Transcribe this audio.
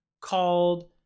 called